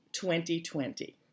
2020